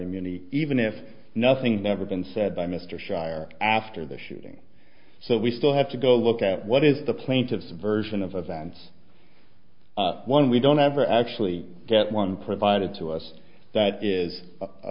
immunity even if nothing's ever been said by mr shier after the shooting so we still have to go look at what is the plaintiff's version of events one we don't ever actually get one provided to us that is a